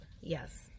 Yes